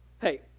Hey